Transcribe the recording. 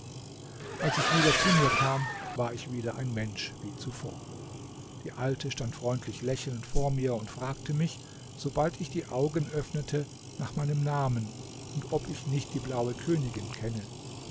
als ich wieder zu mir kam war ich wieder ein mensch wie zuvor die alte stand freundlich lächelnd vor mir und fragte mich sobald ich die augen öffnete nach meinem namen und ob ich nicht die blaue königin kenne